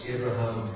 Abraham